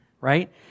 right